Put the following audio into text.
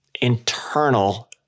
internal